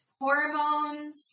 hormones